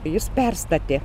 jis perstatė